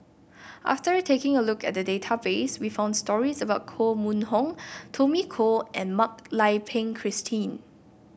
after taking a look at the database we found stories about Koh Mun Hong Tommy Koh and Mak Lai Peng Christine